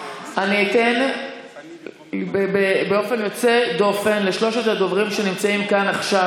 אתן באופן יוצא דופן לשלושת הדוברים שנמצאים כאן עכשיו,